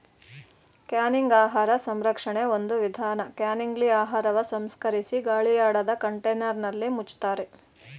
canning ಆಹಾರ ಸಂರಕ್ಷಣೆ ಒಂದು ವಿಧಾನ ಕ್ಯಾನಿಂಗ್ಲಿ ಆಹಾರವ ಸಂಸ್ಕರಿಸಿ ಗಾಳಿಯಾಡದ ಕಂಟೇನರ್ನಲ್ಲಿ ಮುಚ್ತಾರೆ